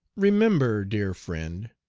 remember, dear friend,